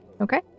Okay